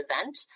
event